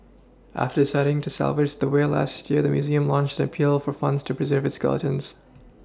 after deciding to salvage the whale last year the Museum launched an appeal for funds to pReserve its skeleton